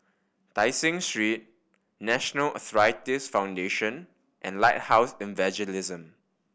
Tai Seng Street National Arthritis Foundation and Lighthouse Evangelism